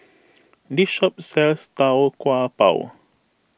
this shop sells Tau Kwa Pau